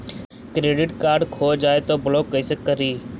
Credit card खो जाए तो ब्लॉक कैसे करी?